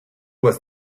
was